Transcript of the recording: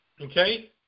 Okay